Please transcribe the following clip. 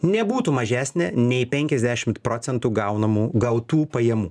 nebūtų mažesnė nei penkiasdešimt procentų gaunamų gautų pajamų